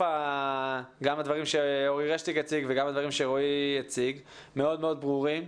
הדברים שאורי ורועי הציגו הם מאוד מאוד ברורים.